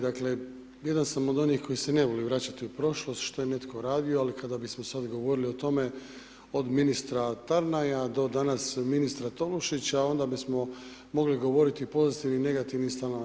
Dakle, jedan sam od onih koji se ne voli vraćati u prošlost, što je netko radio, ali kada bismo sada govorili o tome, od ministra Tarnaja do danas ministra Tolušića, onda bismo mogli govoriti o pozitivnim i negativnim stavovima.